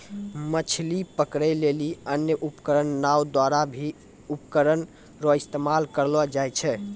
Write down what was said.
मछली पकड़ै लेली अन्य उपकरण नांव द्वारा भी उपकरण रो इस्तेमाल करलो जाय छै